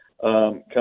come